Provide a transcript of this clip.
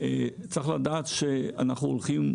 צריך לדעת שאנחנו הולכים,